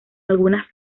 algunas